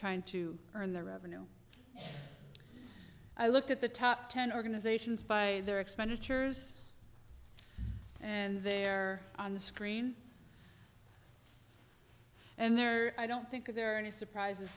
trying to earn the revenue i looked at the top ten organizations by their expenditures and they're on the screen and they're i don't think there are any surprises